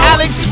Alex